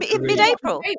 mid-April